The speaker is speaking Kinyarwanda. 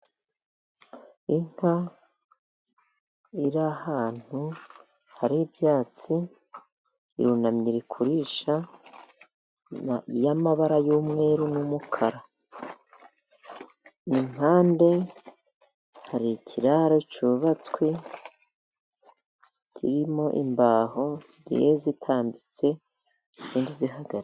Inka iri ahantu hari ibyatsi irunamye iri kurisha , y'amabara y'umweru n'umukara .Impande hari ikiraro cyubatswe kirimo imbaho zitambitse n'izindi zihagaze.